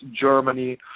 Germany